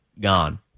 Gone